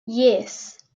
yes